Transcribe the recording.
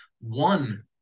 One